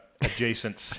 adjacent